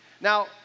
Now